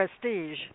Prestige